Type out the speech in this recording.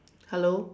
hello